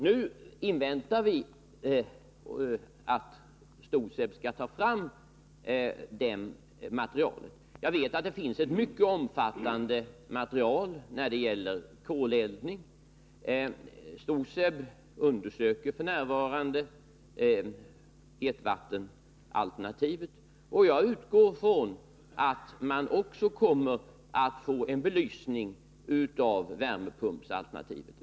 Nu inväntar vi att STOSEB skall ta fram det mycket omfattande material som finns t.ex. när det gäller koleldning. STOSEB undersöker f.n. hetvattenalternativet, och jag utgår från att vi också kommer att få en belysning av värmepumpsalternativet.